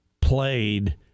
played